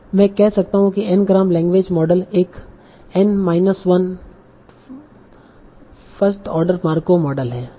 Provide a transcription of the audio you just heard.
मैं कह सकता हूं कि N ग्राम लैंग्वेज मॉडल एक n minus 1th order Markov model है